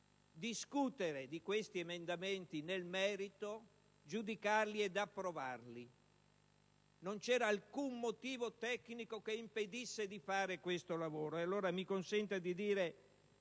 discutere di questi emendamenti nel merito, giudicarli ed approvarli? Non c'era alcun motivo tecnico che impedisse di fare questo lavoro. Mi consenta,